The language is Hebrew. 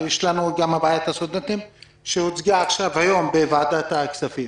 יש גם את בעיית הסטודנטים שהוצגה היום בוועדת הכספים.